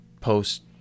post